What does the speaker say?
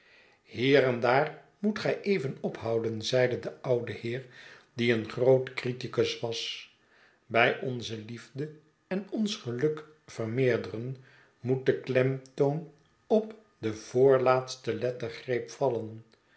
hier en daar moet gij even ophouden zeide de oude heer die een groot criticuswas bij onze liefde en ons geluk vermeerdren moet de klemtoon op de voorlaatste lettergreep vallen